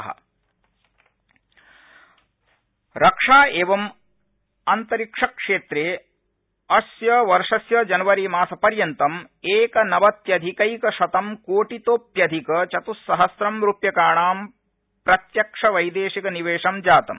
राज्यसभा रक्षा रक्षा एवं अन्तरिक्षक्षेत्रे अस्य वर्षस्य जनवरीमासपर्यन्तं एकनवत्यधिकैकशतंकोटितोप्यधिक चतुस्सहस्वं रूप्यकाणां प्रत्यक्ष वैदेशिक निवेशं जातम्